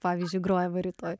pavyzdžiui grojama rytoj